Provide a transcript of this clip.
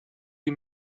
die